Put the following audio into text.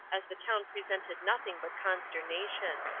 as the town presented nothing but consternation.